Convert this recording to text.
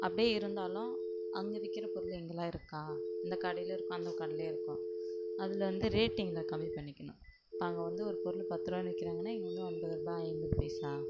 அப்டியே இருந்தாலும் அங்கே விற்கிற பொருள் இங்கெல்லாம் இருக்கா இந்த கடையிலியும் இருக்கும் அந்த கடையிலியும் இருக்கும் அதில் வந்து ரேட்டிங்கில் கம்மி பண்ணிக்கணும் இப்போ அங்கே வந்து ஒரு பொருள் பத்துருவானு விற்கிறாங்கன்னா இங்கே வந்து ஐம்பதுருபா ஐநூறு பைசா